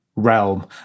realm